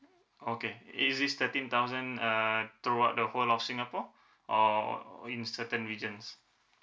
okay is this thirteen thousand uh throughout the whole of singapore or or in certain regions